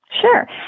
Sure